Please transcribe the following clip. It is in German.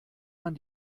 man